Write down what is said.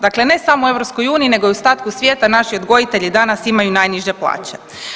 Dakle, ne samo u EU nego i u ostatku svijeta naši odgojitelji danas imaju najniže plaće.